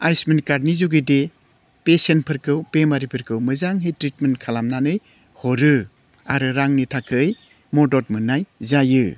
आयुस्मान कार्दनि जुगेदे पेसियेन्टफोरखौ बेमारिफोरखौ मोजांहै ट्रिटमेन्ट खालामनानै हरो आरो रांनि थाखाय मदद मोन्नाय जायो